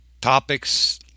topics